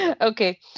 okay